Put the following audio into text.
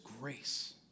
grace